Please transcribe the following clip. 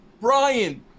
Brian